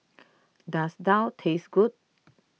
does Daal taste good